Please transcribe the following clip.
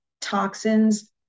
toxins